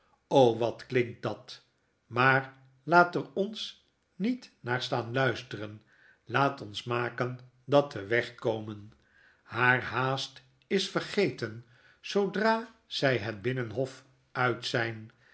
wat klinkt dat maar laat er ons niet naar staan luisteren laat ons maken dat we weg komen haar haast is vergeten zoodra zy het binuenhof uit zyn